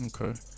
Okay